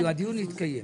הדיון יתקיים.